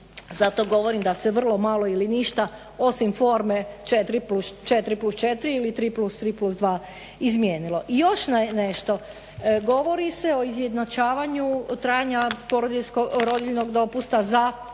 Zato govorim da se vrlo malo ili ništa osim forme 4+4 ili 3+3+2 izmijenilo. I još nešto. Govori se o izjednačavanju trajanja rodiljnog dopusta za posvojitelje